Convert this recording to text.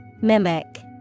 Mimic